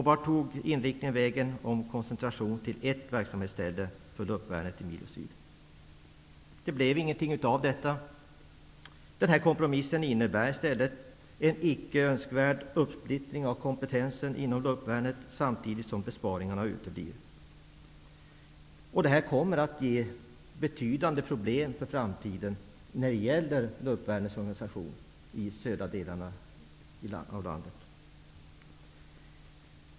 Vart tog inriktningen vägen om att koncentrera verksamheten till ett ställe för luftvärnet i Milo Syd? Det blev ingenting av detta! Kompromissen innebär i stället en icke önskvärd uppsplittring av kompetensen inom luftvärnet, samtidigt som besparingarna uteblir. Det här kommer att ge betydande problem för framtiden när det gäller luftvärnets organisation i de södra delarna av landet.